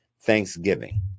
thanksgiving